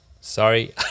Sorry